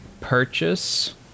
purchase